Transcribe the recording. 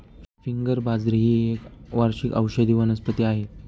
finger बाजरी ही एक वार्षिक औषधी वनस्पती आहे